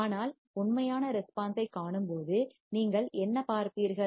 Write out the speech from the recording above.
ஆனால் உண்மையான ரெஸ்பான்ஸ் ஐக் காணும்போது நீங்கள் என்ன பார்ப்பீர்கள்